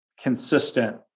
consistent